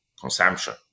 consumption